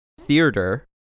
theater